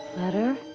letter?